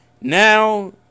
Now